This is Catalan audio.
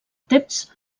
temps